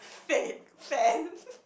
fake fan